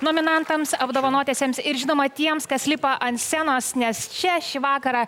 nominantams apdovanotiesiems ir žinoma tiems kas lipa ant scenos nes čia šį vakarą